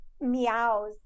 meows